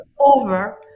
over